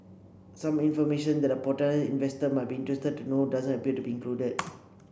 some information that a potential investor might be interested to know doesn't appear to be included